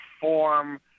form